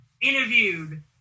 interviewed